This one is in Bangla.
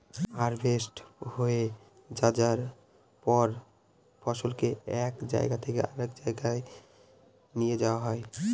হার্ভেস্ট হয়ে যায়ার পর ফসলকে এক জায়গা থেকে আরেক জাগায় নিয়ে যাওয়া হয়